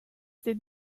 did